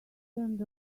turned